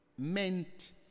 Meant